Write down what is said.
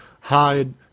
hide